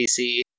PC